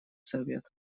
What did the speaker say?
совет